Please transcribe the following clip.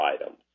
items